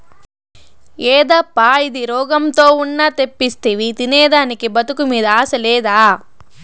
యేదప్పా ఇది, రోగంతో ఉన్న తెప్పిస్తివి తినేదానికి బతుకు మీద ఆశ లేదా